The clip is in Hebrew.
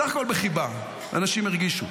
סך הכול בחיבה, אנשים הרגישו.